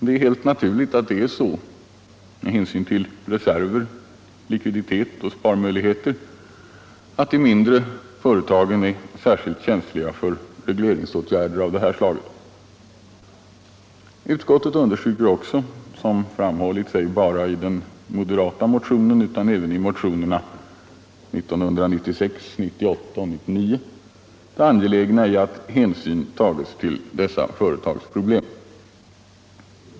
Det är helt naturligt — med hänsyn till reserver, likviditet och sparmöjligheter — att de mindre företagen är särskilt känsliga för regleringsåtgärder av detta slag. Utskottet understryker också, så som framhållits inte bara i den moderata motionen utan även i motionerna 1996, 1998 och 1999, det angelägna i att hänsyn tages till dessa företags problem.